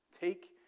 take